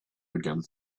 again